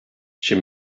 she